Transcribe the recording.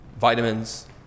vitamins